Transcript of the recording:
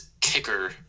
kicker